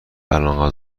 الآن